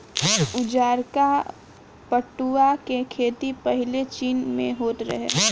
उजारका पटुआ के खेती पाहिले चीन में होत रहे